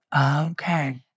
Okay